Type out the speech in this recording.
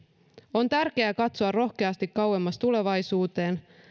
on tärkeää katsoa rohkeasti kauemmas tulevaisuuteen